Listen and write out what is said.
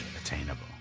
attainable